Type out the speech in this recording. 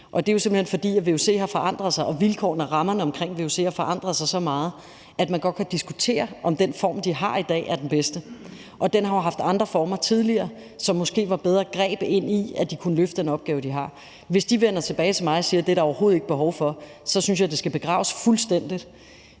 hen, fordi vuc har forandret sig, og fordi vilkårene for og rammerne omkring vuc har forandret sig så meget, at man godt kan diskutere, om den form, det har i dag, er den bedste. Det har jo tidligere været under andre former, som måske gav et bedre greb til, at de kunne løfte den opgave, de har. Hvis de vender tilbage til mig og siger, at det er der overhovedet ikke behov for, så synes jeg, at det skal begraves fuldstændigt.